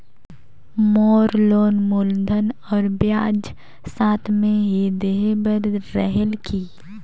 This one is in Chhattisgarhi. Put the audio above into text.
मोर लोन मूलधन और ब्याज साथ मे ही देहे बार रेहेल की?